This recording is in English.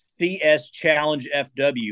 CSChallengeFW